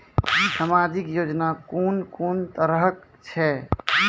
समाजिक योजना कून कून तरहक छै?